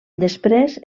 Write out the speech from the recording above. després